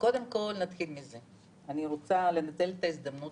אני רוצה לנצל את ההזדמנות